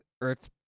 Earth